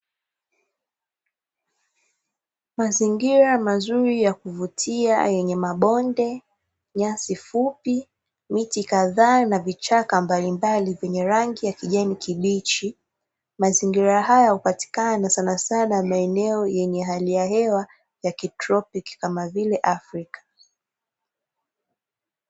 Mazingira mazuri ya kuvutia yenye mabonde nyasi fupi, miti kadhaa na vichaka mbalimbali vyenye rangi ya kijani kibichi. Mazingira haya hupatikana sanasana maeneo yenye hali ya hewa ya kitropiki kama vile Afrika.